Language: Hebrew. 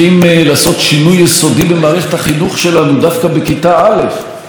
לעשות שינוי יסודי במערכת החינוך שלנו דווקא בכיתה א',